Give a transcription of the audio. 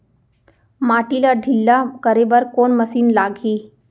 माटी ला ढिल्ला करे बर कोन मशीन लागही?